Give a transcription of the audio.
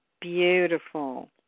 Beautiful